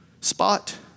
Spot